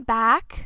back